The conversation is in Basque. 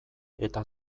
eta